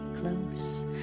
close